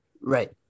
Right